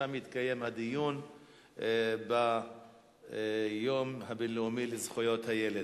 ושם יתקיים הדיון ביום הבין-לאומי לזכויות הילד.